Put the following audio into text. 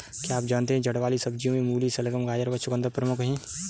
क्या आप जानते है जड़ वाली सब्जियों में मूली, शलगम, गाजर व चकुंदर प्रमुख है?